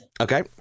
Okay